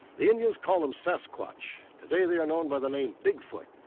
the indians call them sasquatch. today they are known by the name bigfoot.